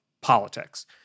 politics